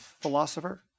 Philosopher